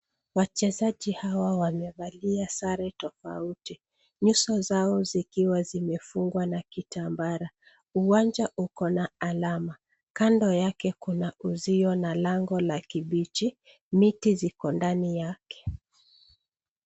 Wachezaji hawa wamevalia sare tofauti. Nyuso zao zikiwa zimefungwa na kitambara. Uwanja uko na alama . Kando yake Kuna uzio na lango la kibichi .Miti ziko ndani yake